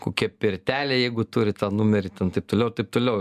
kokia pirtelė jeigu turi tą numerį ten taip toliau ir taip toliau